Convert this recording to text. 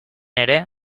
ere